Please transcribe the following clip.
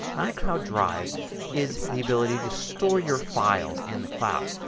and icloud drive is the ability to store your files in the cloud.